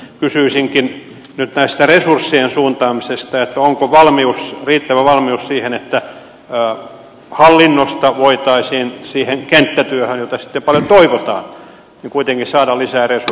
kysyisinkin nyt näistä resurssien suuntaamisista onko riittävä valmius siihen että hallinnosta voitaisiin siihen kenttätyöhön jota sitten paljon toivotaan kuitenkin saada lisää resursseja